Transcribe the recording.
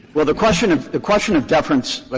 well, the question of the question of deference,